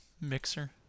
Mixer